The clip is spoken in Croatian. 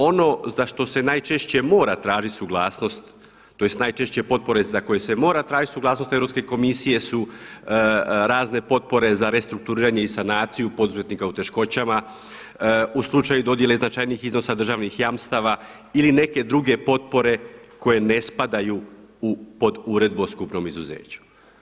Ono za što se najčešće mora tražiti suglasnost, tj. najčešće potpore za koje se mora tražiti suglasnost Europske komisije su razne potpore za restrukturiranje i sanaciju poduzetnika u teškoćama, u slučaju dodjela značajnijih iznosa državnih jamstava ili neke druge potpore koje ne spadaju pod Uredbu o skupnom izuzeću.